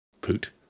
Poot